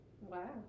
Wow